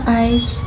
eyes